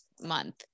month